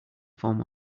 form